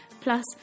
plus